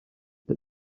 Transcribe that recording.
that